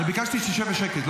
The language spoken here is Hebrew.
ביקשתי שתשב בשקט.